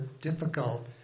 difficult